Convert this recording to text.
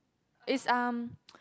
it's um